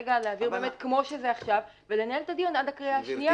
כרגע להעביר את הצעת החוק כפי שהיא ולנהל את הדיון עד הקריאה השנייה.